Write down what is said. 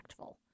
impactful